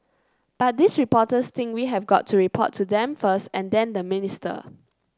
but these reporters think we have got to report to them first and then the minister